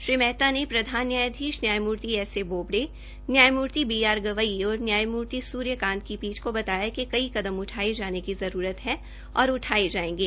श्री मेहता ने प्रधान न्यायधीश न्यायमूर्ति एस ऐ बोबडे नयायमूर्ति बी आर गवई और नयायमर्ति सुर्यकांत की पीठ को बताया कि कई कदम उठाये जाने की जरूरत है और उठाये जायेंगे